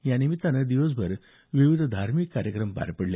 यानिमित्त दिवसभर विविध धार्मिक कार्यक्रम पार पडले